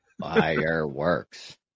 Fireworks